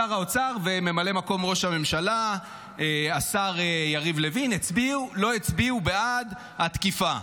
שר האוצר וממלא מקום ראש הממשלה השר יריב לוין לא הצבעתם בעד התקיפה.